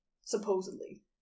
Supposedly